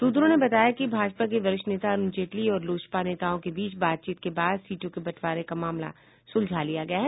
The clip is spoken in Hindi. सूत्रों ने बताया कि भाजपा के वरिष्ठ नेता अरूण जेटली और लोजपा नेताओं के बीच बातचीत के बाद सीटों के बंटवारे का मामला सुलझा लिया गया है